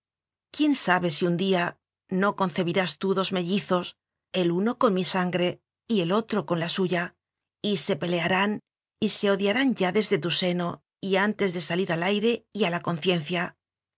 quién sabe si un día no concebirás tú dos mellizos el uno con mi sangre y el otro con la suya y se pelearán y se odiaran ya desde tu seno y antes de salir al aire y a la conciencia